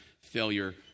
failure